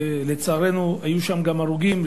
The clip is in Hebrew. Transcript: לצערנו היו שם גם הרוגים,